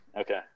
Okay